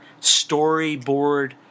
storyboard